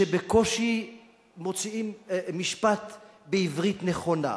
שבקושי מוציאים משפט בעברית נכונה,